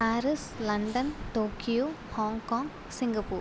Paris London Tokyo Hong Kong Singapore